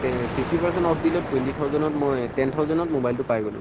তে fifty percent off দিলত twenty থাউজেণ্ডত মই টেন থাউজেণ্ডত ম'বাইলটো পাই গ'লোঁ